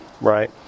right